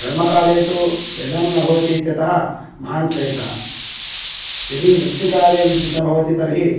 घर्मकाले तु व्यजनं न भवतीत्यतः महान् क्लेशः यदि वृष्टिकाले विद्युत् न भवति तर्हि